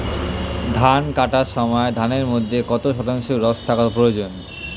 ধান কাটার সময় ধানের মধ্যে কত শতাংশ রস থাকা প্রয়োজন?